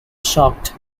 shocked